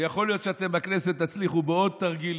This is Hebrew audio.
ויכול להיות שאתם בכנסת תצליחו להישאר בעוד תרגיל,